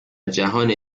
جهان